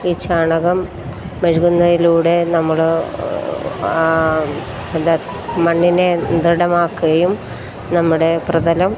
ഈ ചാണകം മെഴുകുന്നതിലൂടെ നമ്മൾ എന്താ മണ്ണിനെ ദൃഢമാക്കുകയും നമ്മുടെ പ്രതലം